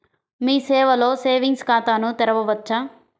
మీ సేవలో సేవింగ్స్ ఖాతాను తెరవవచ్చా?